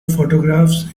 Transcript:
photographs